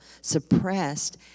suppressed